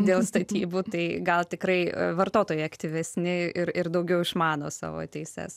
dėl statybų tai gal tikrai vartotojai aktyvesni ir ir daugiau išmano savo teises